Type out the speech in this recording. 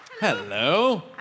Hello